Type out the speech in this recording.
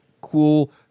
cool